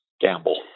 gamble